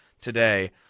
today